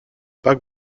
parc